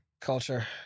Culture